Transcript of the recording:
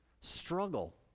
struggle